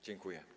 Dziękuję.